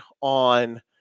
on